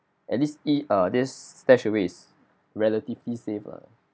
at least e~ err this StashAway is relatively safe lah